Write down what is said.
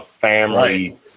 family